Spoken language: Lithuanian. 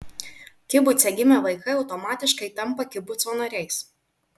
kibuce gimę vaikai automatiškai tampa kibuco nariais